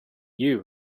you